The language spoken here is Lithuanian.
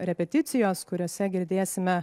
repeticijos kuriose girdėsime